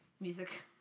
music